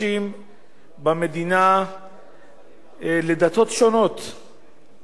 אבל אתה כמובן רשאי להשתמש בקווטה הקיימת לסיעתך ולהעלות את